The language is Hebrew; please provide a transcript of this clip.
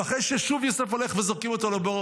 ואחרי ששוב יוסף הולך וזורקים אותו לבור,